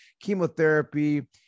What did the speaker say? chemotherapy